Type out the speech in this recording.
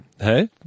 Hey